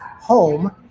home